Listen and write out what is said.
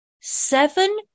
Seven